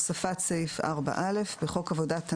התשפ"ב-2022 הוספת סעיף 4א בחוק עבודת הנוער,